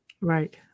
Right